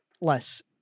less